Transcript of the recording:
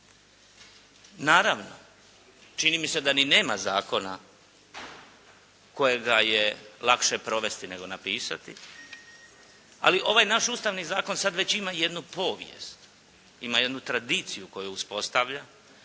Naravno, čini mi se ni da nema zakona kojega je lakše provesti nego napisati ali ovaj naš Ustavni sud sad već ima jednu povijest, ima jednu tradiciju koju uspostavlja